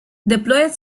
deployed